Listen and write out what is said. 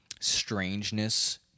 strangeness